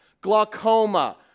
glaucoma